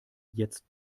jetzt